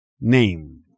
name